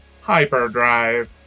hyperdrive